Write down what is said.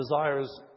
desires